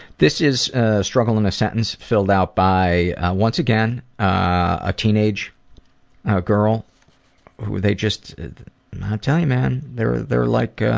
this is ah struggle in a sentence filled out by once again, a teenage girl with a just, i tell you man, they're, they're like,